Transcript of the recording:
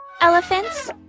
Elephants